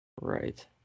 Right